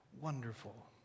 wonderful